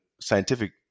scientific